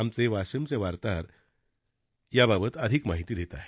आमचे वाशिमचे वार्ताहर याबाबत अधिक माहिती देत आहेत